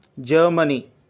Germany